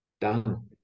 done